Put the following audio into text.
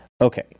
Okay